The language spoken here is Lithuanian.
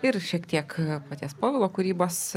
ir šiek tiek paties povilo kūrybos